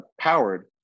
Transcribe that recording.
powered